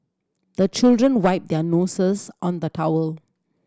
the children wipe their noses on the towel